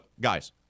guys